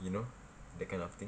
you know that kind of thing